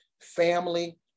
family